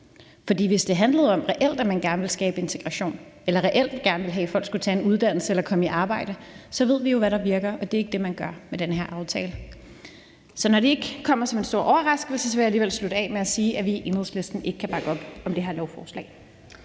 For hvis det reelt handlede om, at man gerne ville skabe en integration eller reelt gerne ville have, at folk skulle tage en uddannelse eller komme i arbejde, så ved vi jo, hvad der virker, og det er ikke det, man gør med den her aftale. Så selv om det ikke kommer som en stor overraske, vil jeg alligevel slutte af med at sige, at vi i Enhedslisten ikke kan bakke op om det her lovforslag.